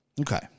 Okay